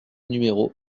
numéro